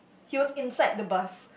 he was inside the bus